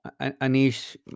Anish